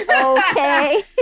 Okay